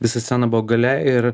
visa scena buvo gale ir